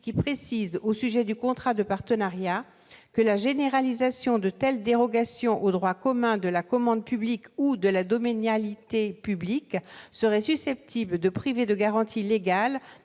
2008 précise, au sujet du contrat de partenariat, « que la généralisation de telles dérogations au droit commun de la commande publique ou de la domanialité publique serait susceptible de priver de garanties légales